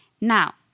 now